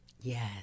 Yes